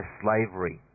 slavery